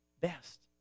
best